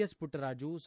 S Puttaraju ಸಾ